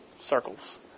circles